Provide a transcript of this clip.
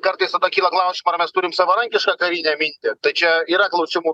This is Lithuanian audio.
kartais tada kyla klausimų ar mes turim savarankišką karinę mintį tai čia yra klausimų